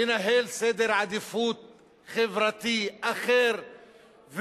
לנהל סדר עדיפות חברתי אחר,